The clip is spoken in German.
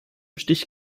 stich